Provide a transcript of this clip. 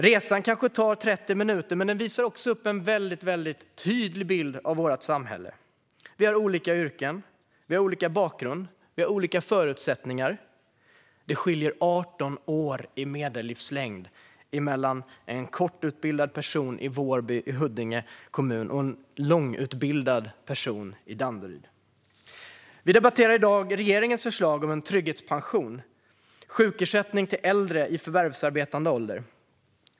Resan tar kanske 30 minuter, men den visar upp en väldigt tydlig bild av vårt samhälle: Vi har olika yrken, vi har olika bakgrund och vi har olika förutsättningar. Det skiljer 18 år i medellivslängd mellan en kortutbildad person i Vårby i Huddinge kommun och en långutbildad person i Danderyd. Vi debatterar i dag regeringens förslag om en trygghetspension, en sjukersättning till äldre i förvärvsarbetande ålder.